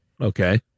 Okay